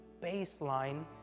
baseline